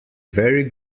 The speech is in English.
very